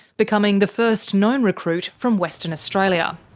becoming the first known recruit from western australia.